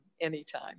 anytime